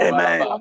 Amen